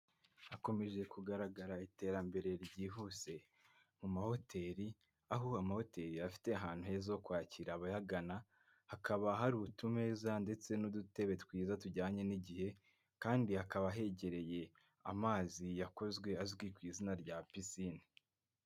Hakomeje kugaragara iterambere ryihuse mu mahoteli, aho amahoteli afite ahantu heza ho kwakira abayagana, hakaba hari utumeza ndetse n'udutebe twiza tujyanye n'igihe kandi hakaba hegereye amazi yakozwe azwi ku izina rya pisine.